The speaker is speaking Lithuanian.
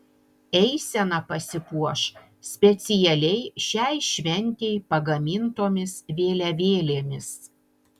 eisena pasipuoš specialiai šiai šventei pagamintomis vėliavėlėmis